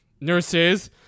nurses